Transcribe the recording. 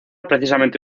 propiamente